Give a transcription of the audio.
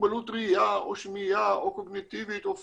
מוגבלות ראיה או שמיעה או קוגניטיבית או פיזית,